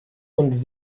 und